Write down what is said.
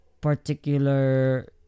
particular